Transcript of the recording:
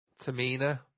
Tamina